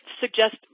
suggest